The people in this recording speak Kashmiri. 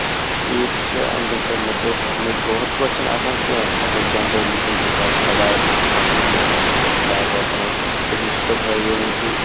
ٹھیٖک چھُ اَمجِد صٲب مےٚ تور سَمجھ گوٚو ہُتھٕ پٲٹھۍ چھُنہٕ آسان کیٚنٛہہ مطلب جینرٔلی کُنہِ تہِ ساتہٕ کھڑا پَکنہٕ سۭتۍ وکنہٕ سۭتۍ چھےٚ نہٕ دَگ وَگ کَران کیٚنٛہہ سُہ گوٚو صبُحٲے ییٚلہِ کہِ